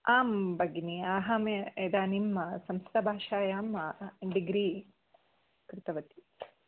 आं भगिनि अहम् इदानीं संस्कृतभाषायां डिग्रि कृतवती